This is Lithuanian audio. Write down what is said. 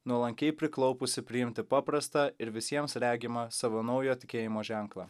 nuolankiai priklaupusi priimti paprastą ir visiems regimą savo naujo tikėjimo ženklą